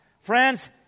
Friends